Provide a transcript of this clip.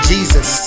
Jesus